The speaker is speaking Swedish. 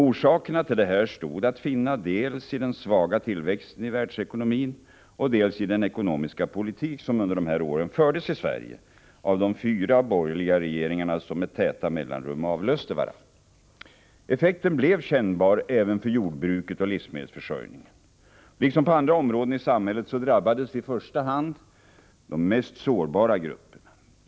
Orsakerna till detta stod att finna dels i den svaga tillväxten i världsekonomin, dels i den ekonomiska politik som under dessa år fördes i Sverige av de fyra borgerliga regeringar som med täta mellanrum avlöste varandra. Effekten blev kännbar även för jordbruket och livsmedelsförsörjningen. Liksom på andra områden i samhället drabbades i första hand de mest sårbara grupperna.